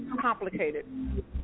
complicated